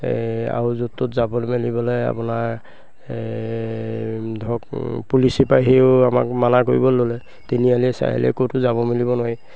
এই আৰু য'ত ত'ত যাবলৈ মেলিবলৈ আপোনাৰ ধৰক পুলিচে পায় সেইও আমাক মানা কৰিবলৈ ল'লে তিনিআলিয়ে চাৰিআলিয়ে ক'তো যাব মেলিব নোৱাৰি